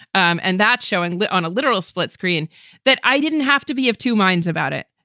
um and that showing on a literal split screen that i didn't have to be of two minds about it.